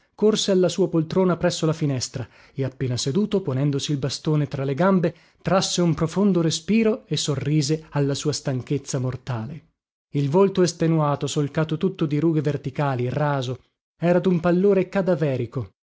corse alla sua poltrona presso la finestra e appena seduto ponendosi il bastone tra le gambe trasse un profondo respiro e sorrise alla sua stanchezza mortale il volto estenuato solcato tutto di rughe verticali raso era dun pallore cadaverico